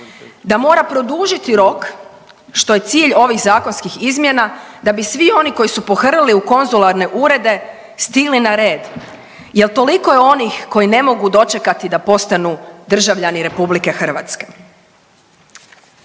da mora produžiti rok, što je cilj ovih zakonskih izmjena, da bi svi oni koji su pohrlili u konzularne urede, stigli na red jer toliko je onih koji ne mogu dočekati da postanu državljani RH. Čin drugi.